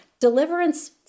deliverance